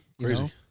Crazy